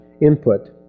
input